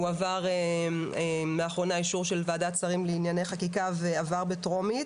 הועבר לאחרונה אישור של וועדת שרים לענייני חקיקה ועבר בטרומית